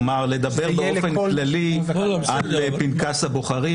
כלומר, לדבר באופן כללי על פנקס הבוחרים.